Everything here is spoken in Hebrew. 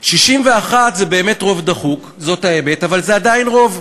61 זה באמת רוב דחוק, זאת האמת, אבל זה עדיין רוב.